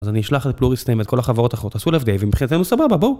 אז אני אשלח לפלוריסטים את כל החברות האחרות, עשו לב די, ומבחינתנו סבבה, בואו.